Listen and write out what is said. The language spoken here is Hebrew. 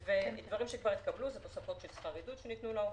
דברים שכבר התקבלו זה תוספות שכר עידוד שניתנו לעובדים,